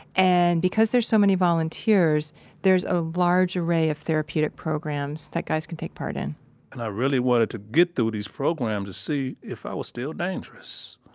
and because there's so many volunteers there's a large array of therapeutic programs that guys can take part in and i really wanted to get through these programs to see if i was still dangerous,